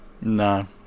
no